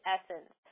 Essence